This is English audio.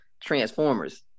transformers